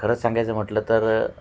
खरं सांगायचं म्हटलं तर